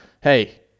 hey